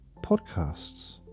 Podcasts